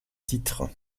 titre